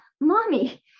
mommy